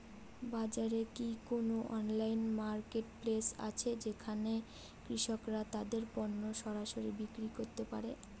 বাজারে কি কোন অনলাইন মার্কেটপ্লেস আছে যেখানে কৃষকরা তাদের পণ্য সরাসরি বিক্রি করতে পারে?